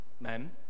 men